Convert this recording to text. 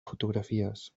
fotografies